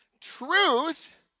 Truth